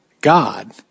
God